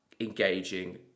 engaging